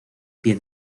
pie